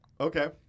Okay